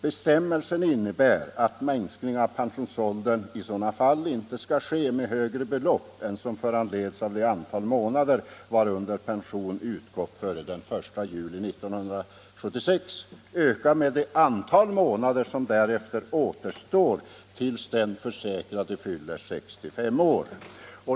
Bestämmelsen innebär att minskning av pensionen i sådana fall inte skall ske med högre belopp än vad som föranleds av det antal månader varunder pension utgått före den 1 juli 1976, ökat med det antal månader som därefter återstår tills den försäkrade fyller 65 år.